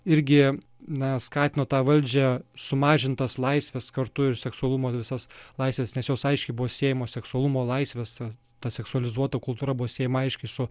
irgi na skatino tą valdžią sumažint tas laisves kartu ir seksualumo visas laisves nes jos aiškiai buvo siejamos seksualumo laisvės ta seksualizuota kultūra buvo siejama aiškiai su